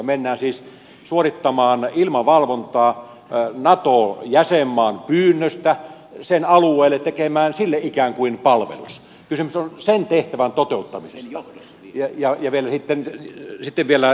mennään siis suorittamaan ilmavalvontaa nato jäsenmaan pyynnöstä sen alueelle tekemään sille ikään kuin palvelus kysymys on sen tehtävän toteuttamisesta ja sitten vielä sen johdossa